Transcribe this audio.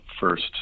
first